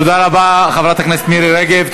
תודה רבה, חברת הכנסת מירי רגב.